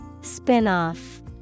spin-off